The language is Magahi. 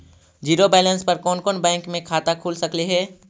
जिरो बैलेंस पर कोन कोन बैंक में खाता खुल सकले हे?